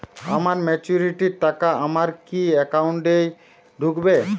আমার ম্যাচুরিটির টাকা আমার কি অ্যাকাউন্ট এই ঢুকবে?